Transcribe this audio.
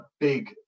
big